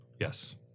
Yes